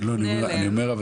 אבל אני אומר,